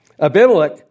Abimelech